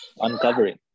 uncovering